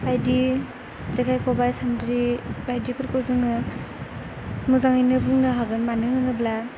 बायदि जेखाइ खबाइ सान्द्रि बायदिफोरखौ जोङो मोजाङैनो बुंनो हागोन मानो होनोब्ला